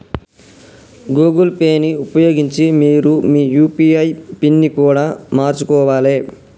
Google Pay ని ఉపయోగించి మీరు మీ యూ.పీ.ఐ పిన్ని కూడా మార్చుకోవాలే